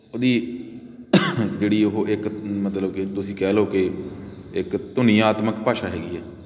ਉਹਦੀ ਜਿਹੜੀ ਉਹ ਇੱਕ ਮਤਲਬ ਕਿ ਤੁਸੀਂ ਕਹਿ ਲਉ ਕਿ ਇੱਕ ਧੁਨੀਆਤਮਕ ਭਾਸ਼ਾ ਹੈਗੀ ਆ